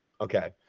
Okay